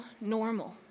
normal